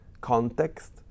context